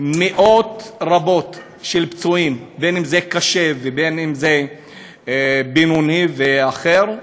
מאות רבות של פצועים, אם קשה ואם בינוני ואחר.